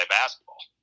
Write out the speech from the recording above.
basketball